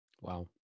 Wow